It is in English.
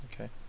Okay